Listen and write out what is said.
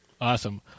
Awesome